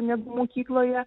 negu mokykloje